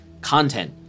content